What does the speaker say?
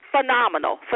phenomenal